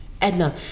Edna